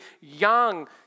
young